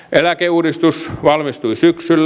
eläkeuudistus valmistui syksyllä